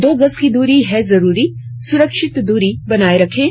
दो गज की दूरी है जरूरी सुरक्षित दूरी बनाए रखें